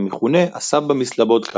המכונה "הסבא מסלובודקה",